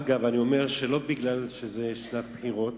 אגב, לא מפני שזו שנת בחירות,